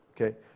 Okay